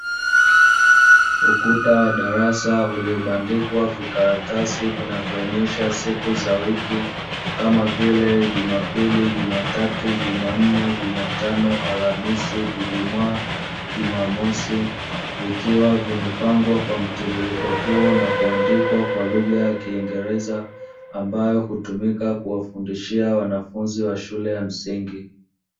Ukuta wa darasa uliobandikwa vikaratasi vinavyoonyesha siku za wiki kama vile jumapili, jumatatu, jumanne, jumatano alhamisi, ijumaa, jumamosi vikiwa vimepangwa kwa mtiririko huo na kuandikwa kwa lugha ya kingereza, ambayo hutumika kuwafundishia wanafunzi wa shule ya msingi.